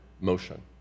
motion